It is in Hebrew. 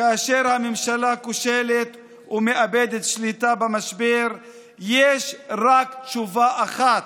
כאשר הממשלה כושלת ומאבדת שליטה במשבר יש רק תשובה אחת: